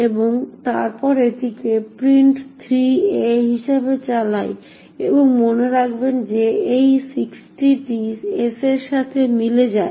এবং তারপর এটিকে print3a হিসাবে চালাই এবং মনে রাখবেন যে এই 60টি s এর সাথে মিলে যায়